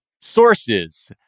sources